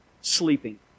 sleeping